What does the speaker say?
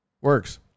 Works